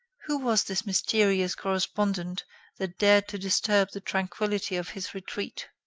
who was this mysterious correspondent that dared to disturb the tranquility of his retreat?